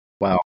wow